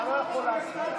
אתה לא יכול להתחיל.